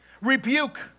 rebuke